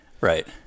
right